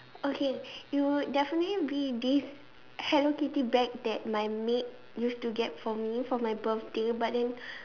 okay you definitely be this Hello-Kitty bag that my maid used to get for me for my birthday but then